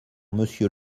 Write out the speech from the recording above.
monsieur